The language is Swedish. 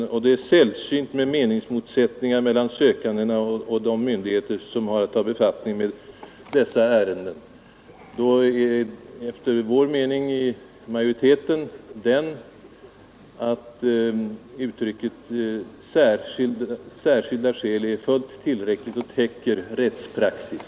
Det är därtill sällsynt med meningsmotsättningar mellan sökandena och de myndigheter som har att ta befattning med dessa ärenden. Då är majoritetens mening den att uttrycket ”särskilt skäl” är fullt tillräckligt och därtill täcker rättspraxis.